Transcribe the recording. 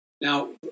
Now